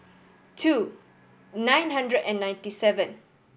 two nine hundred and ninety seven